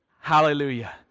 hallelujah